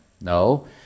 No